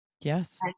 Yes